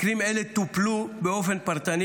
מקרים אלה טופלו באופן פרטני,